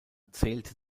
zählte